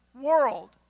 world